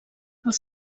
els